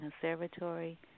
Conservatory